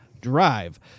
drive